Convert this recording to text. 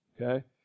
okay